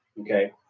Okay